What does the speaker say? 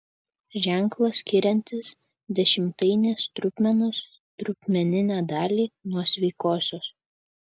ženklas skiriantis dešimtainės trupmenos trupmeninę dalį nuo sveikosios